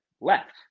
left